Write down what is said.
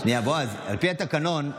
שנייה, בועז, על פי התקנון,